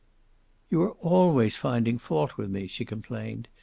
you are always finding fault with me, she complained.